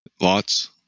Lots